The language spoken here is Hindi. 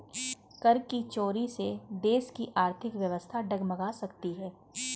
कर की चोरी से देश की आर्थिक व्यवस्था डगमगा सकती है